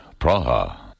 Praha